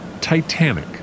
Titanic